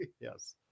Yes